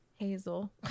hazel